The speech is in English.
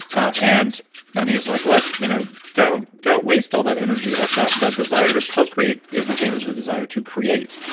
and and he's like, look. you know don't don't waste all that energy. like that that desire to procreate is the same as the desire to create.